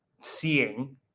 seeing